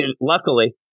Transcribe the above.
luckily